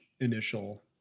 initial